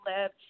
live